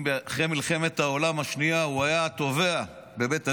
אחרי מלחמת העולם השנייה הוא היה תובע בבית הדין,